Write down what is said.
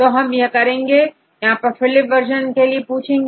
तो हम यह करेंगे यहां पर फिलिप वर्जन के लिए पूछेंगे